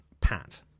pat